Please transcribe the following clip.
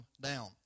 down